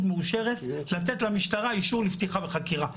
מאשרת לתת למשטרה אישור לפתיחה בחקירה.